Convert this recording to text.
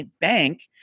bank